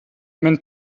mein